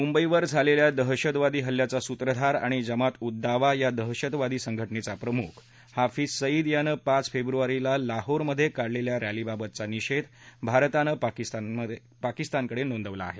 मुंबईवर झालेल्या दहशतवादी हल्ल्याचा सुत्रधार आणि जमात उद दावा या दहशतवादी संघटनेचा प्रमुख हाफीज सईद यांनं पाच फेब्रुवारीला लाहोरमधे काढलेल्या रस्तीबाबतचा निषेध भारतानं पाकिस्तानकडे नोंदवला आहे